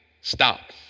stop